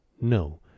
no